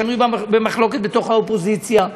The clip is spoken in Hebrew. שנוי במחלוקת בתוך האופוזיציה.